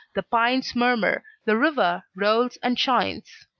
the pines murmur, the river rolls and shines,